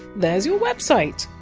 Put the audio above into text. there! s your website!